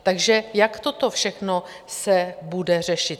Takže jak toto všechno se bude řešit?